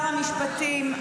יסמין,